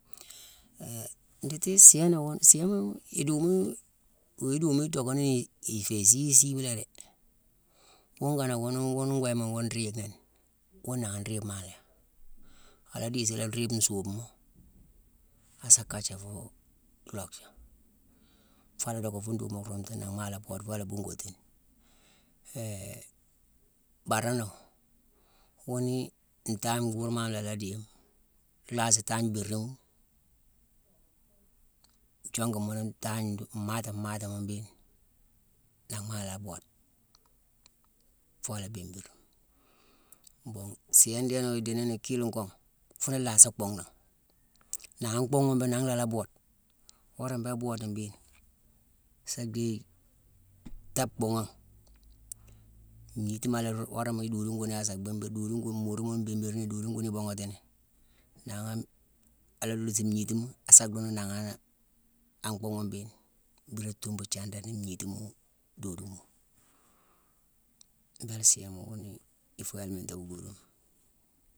ndithii siiyoma wune siiyoma iduuma-wuu iduuma idockani iféé isisi ma la dé. wongonowu wune wune nguyima wune yick nini, wune nangha an riibe ma langhi. A la diisilé riibe nsuubma, asa kaji fu lhockjé. Faa a la docké fuu nduuma roometu, nangh maa la a la boode foo a la bhuugatine. baaronenowu, wune ii ntaagne nkurma lé a la dééme, lhaasi tangne bérima, jongu mune ntaagne mmati-maatame mune bééghine, nanghma a la boode, foo a la bhimbir. Mbon siiyone ndéénowu idi nini kilinghkong, fune laasi bhungh na. Nangha bhungh ghune bééghine nanghna a la boode. Wora béé aboodeni mbééghine, sa dhééyi thaape bhunghangh. Ngnitima-a-la-worama doodune ghune a sa bhimbir, doodune ghune marima mune a bimbirni, doodune ghune ibuughati nini, nangha, a la laasime ngnitima, a sa dhuunu nangha an bhungh ghune mbéghine. Bhiiré thuubu thiindane ngnitima dooduma. Mbéé lé siiyoma wune ifu aliminta wuu dhoodoma.